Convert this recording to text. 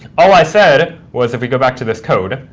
all i said was, if we go back to this code,